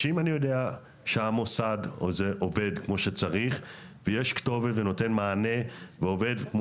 שאם אני ידוע שהמוסד עובד כמו שצריך ויש כתובת והוא נותן מענה כמצופה,